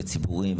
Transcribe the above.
ציבוריים,